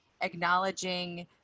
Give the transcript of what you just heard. acknowledging